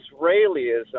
Israelism